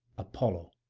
apollo,